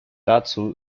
dazu